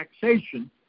taxation